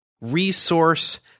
resource